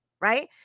Right